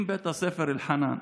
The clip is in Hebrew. אם בית הספר אלחנאן,